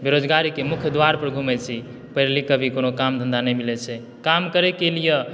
बेरोजगारी के मुख्य द्वार पर घुमय छी पढ़ि लिख के भी कोनो काम धन्धा नै मिले छै काम करेके लिअ